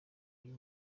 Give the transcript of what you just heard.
uyu